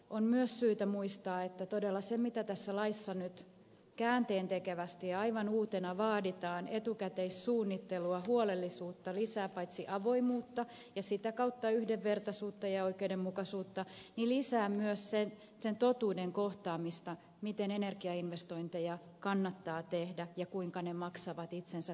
on myös syytä muistaa todella se mitä tässä laissa nyt käänteentekevästi ja aivan uutena vaaditaan etukäteissuunnittelua huolellisuutta lisää paitsi avoimuutta ja sitä kautta yhdenvertaisuutta ja oikeudenmukaisuutta niin lisää myös sen totuuden kohtaamista miten energiainvestointeja kannattaa tehdä ja kuinka ne maksavat itsensä takaisin